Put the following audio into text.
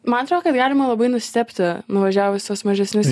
man atrodo kad galima labai nustebti nuvažiavusios mažesnius